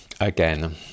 again